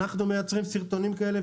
אנחנו מייצרים סרטונים כאלה,